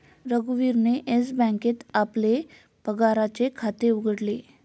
रघुवीरने येस बँकेत आपले पगाराचे खाते उघडले